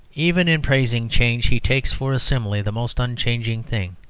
even in praising change, he takes for a simile the most unchanging thing.